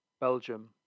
Belgium